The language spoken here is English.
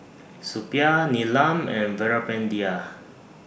Suppiah Neelam and Veerapandiya